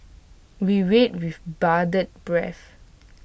we wait with bated breath